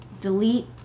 delete